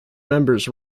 members